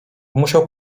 musiał